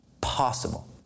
possible